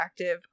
interactive